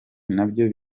nabyo